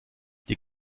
die